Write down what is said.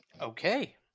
Okay